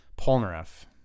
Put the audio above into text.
Polnareff